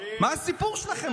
מה הסיפור שלכם?